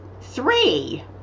three